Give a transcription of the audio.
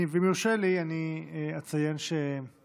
אם יורשה לי, אני אציין שניכר